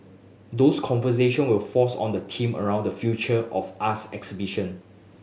those conversation will force on the theme around the future of us exhibition